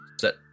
set